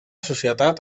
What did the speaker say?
societat